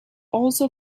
also